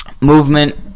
Movement